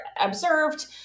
observed